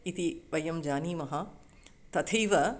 इति वयं जानीमः तथैव